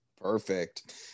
Perfect